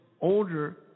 older